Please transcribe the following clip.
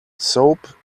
soap